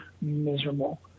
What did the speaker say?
miserable